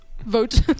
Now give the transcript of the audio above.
vote